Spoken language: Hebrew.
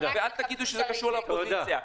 ואל תגידו שזה קשור לאופוזיציה.